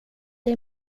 det